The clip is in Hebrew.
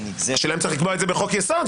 השאלה אם צריך לקבוע את זה בחוק יסוד.